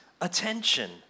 attention